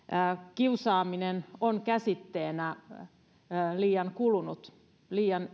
kiusaaminen on käsitteenä liian kulunut liian